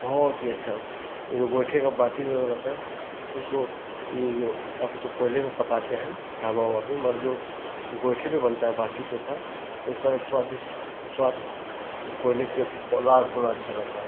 बहुत ही अच्छा जो गोइठे की बाटी रहती है उसको यह जो अब तो कोयले में पकाते हैं ढाबा उबा में मगर जो गोइठे पर बनता है बाटी चोख़ा उसका तो स्वादिष्ट स्वाद कोयले से लाख गुना अच्छा रहता है